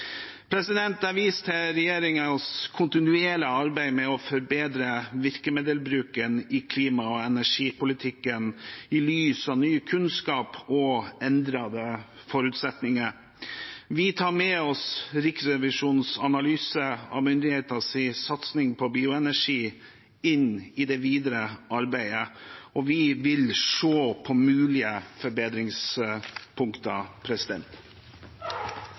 Jeg vil vise til regjeringens kontinuerlige arbeid med å forbedre virkemiddelbruken i klima- og energipolitikken i lys av ny kunnskap og endrede forutsetninger. Vi tar med oss Riksrevisjonens analyse av myndighetenes satsing på bioenergi inn i det videre arbeidet, og vi vil se på mulige forbedringspunkter.